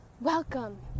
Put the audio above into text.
welcome